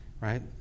right